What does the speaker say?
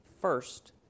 first